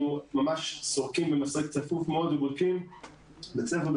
אנחנו סורקים במסרק צפוף מאוד ובודקים בית ספר,